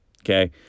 Okay